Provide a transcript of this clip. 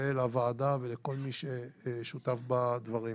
לוועדה ולכל מי ששותף לדברים.